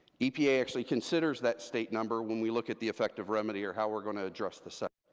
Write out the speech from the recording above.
epa actually considers that state number, when we look at the effective remedy, or how we're going to address the so